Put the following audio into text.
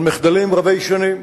על מחדלים רבי שנים.